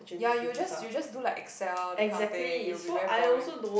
ya you'll just you just will do like Excel that kind of thing very boring